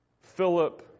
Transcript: Philip